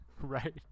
Right